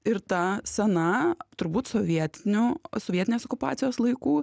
ir ta sena turbūt sovietinių sovietinės okupacijos laikų